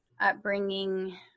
upbringing